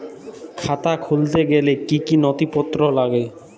খাতা খুলতে গেলে কি কি নথিপত্র লাগে?